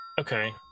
Okay